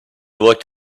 looked